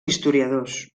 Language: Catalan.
historiadors